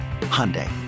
Hyundai